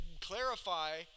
clarify